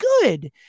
good